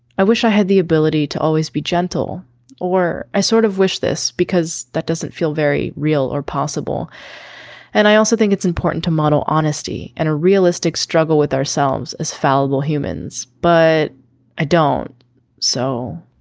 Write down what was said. i wish i had the ability to always be gentle or i sort of wish this because that doesn't feel very real or possible and i also think it's important to model honesty and a realistic struggle with ourselves as fallible humans. but i don't so